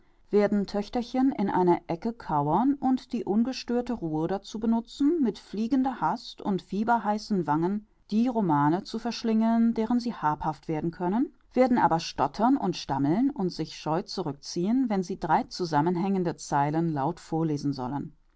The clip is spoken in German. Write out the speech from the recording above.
werden töchterchen in einer ecke kauern und die ungestörte ruhe dazu benutzen mit fliegender hast und fieberheißen wangen die romane zu verschlingen deren sie habhaft werden können werden aber stottern und stammeln und sich scheu zurückziehen wenn sie drei zusammenhängende zeilen laut vorlesen sollen